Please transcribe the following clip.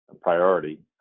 priority